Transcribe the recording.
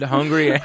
Hungry